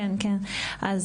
א.ל: